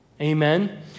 Amen